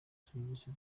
serivisi